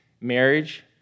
marriage